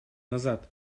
назад